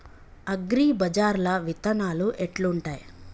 అగ్రిబజార్ల విత్తనాలు ఎట్లుంటయ్?